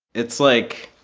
it's like